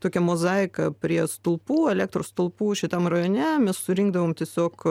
tokią mozaiką prie stulpų elektros stulpų šitam rajone surinkdavom tiesiog